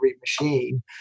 machine